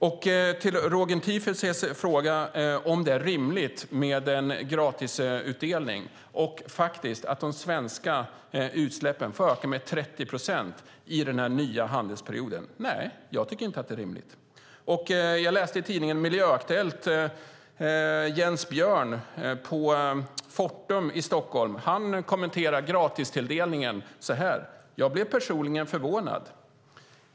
Vad gäller Roger Tiefensees fråga, om det är rimligt med gratisutdelning och att de svenska utsläppen får öka med 30 procent i den nya handelsperioden, vill jag säga att nej, jag tycker inte att det är rimligt. Jag läste i tidningen Miljöaktuellt att Jens Bjöörn på Fortum i Stockholm kommenterar gratistilldelningen med: Jag blev personligen förvånad.